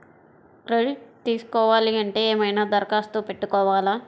Credit తీసుకోవాలి అంటే ఏమైనా దరఖాస్తు పెట్టుకోవాలా?